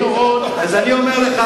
אני אומר לך,